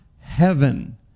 heaven